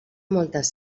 moltes